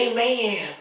Amen